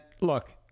look